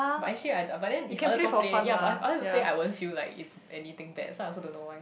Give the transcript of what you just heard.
but actually ah but then if other people play ya but if other people play I won't feel like it's anything bad so I also don't know why